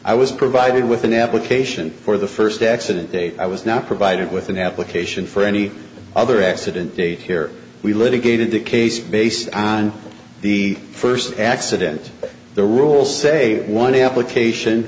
i was provided with an application for the first accident date i was not provided with an application for any other accident date here we litigated the case based on the first accident the rules say one application